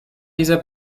dieser